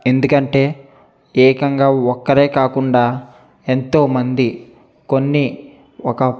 ఎందుకంటే ఏకంగా ఒక్కరే కాకుండా ఎంతోమంది కొన్ని ఒక